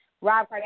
Rob